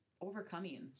overcoming